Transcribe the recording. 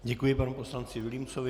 Děkuji panu poslanci Vilímcovi.